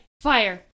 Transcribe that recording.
fire